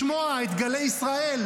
לשמוע את גלי ישראל,